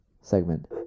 segment